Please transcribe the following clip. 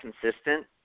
consistent